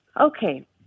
Okay